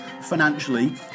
financially